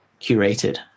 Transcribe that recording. curated